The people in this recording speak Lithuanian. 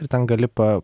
ir ten gali pa